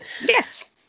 yes